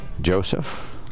Joseph